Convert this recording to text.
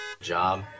job